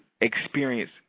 experience